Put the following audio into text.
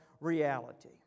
reality